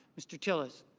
mr. tillis